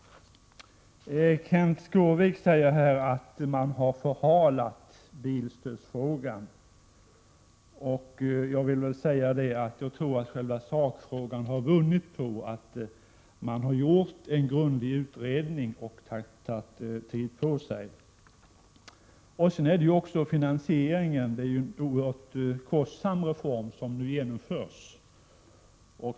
Kenth Skårvik säger att bilstödsfrågan har förhalats. Jag tror för min del att själva sakfrågan har vunnit på att man har gjort en grundlig utredning och tagit tid på sig. Det är också en oerhört kostsam reform som nu genomförs.